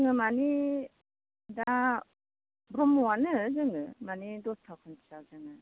जोङो माने दा ब्रम्हआनो जोङो माने दस्रा खान्थियाव जोङो